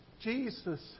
Jesus